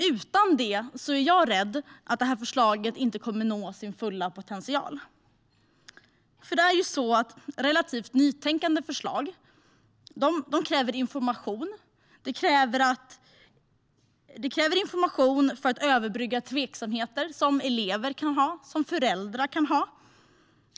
Utan det är jag rädd för att detta förslag inte kommer att nå sin fulla potential. Det är ju så med förslag där man är relativt nytänkande. Det kräver information. Det krävs information för att överbrygga tveksamheter som elever och föräldrar kan ha.